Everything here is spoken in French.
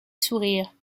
sourire